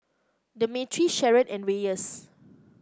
Demetri Sharon and Reyes